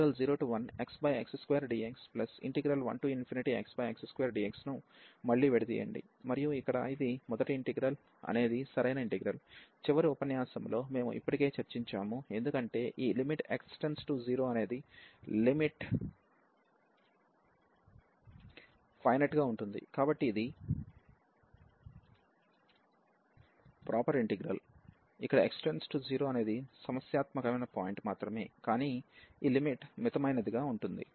మరియు ఇక్కడ ఇది మొదటి ఇంటిగ్రల్ అనేది సరైన ఇంటిగ్రల్ చివరి ఉపన్యాసంలో మేము ఇప్పటికే చర్చించాము ఎందుకంటే ఈ లిమిట్ x0 అనేది ఫైనెట్ గా ఉంటుంది కాబట్టి ఇది ప్రాపర్ ఇంటిగ్రల్ ఇక్కడ x0 అనేది సమస్యాత్మకమైన పాయింట్ మాత్రమే కానీ ఈ లిమిట్ మితమైనదిగా ఉంటుంది